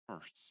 first